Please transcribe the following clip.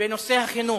בנושא החינוך,